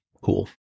cool